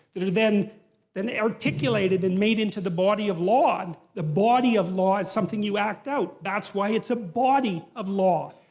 that are then then articulated and made into the body of law. and the body of law is something you act out. that's why it's a body of law.